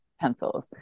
pencils